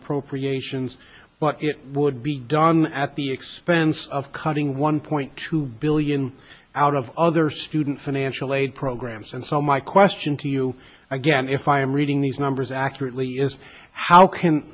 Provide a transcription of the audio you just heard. appropriations but it would be done at the expense of cutting one point two billion out of other student financial aid programs and so my question to you again if i am reading these numbers accurately is how can